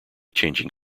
changing